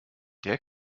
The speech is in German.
der